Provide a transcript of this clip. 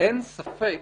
אין ספק